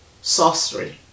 sorcery